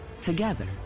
Together